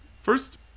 First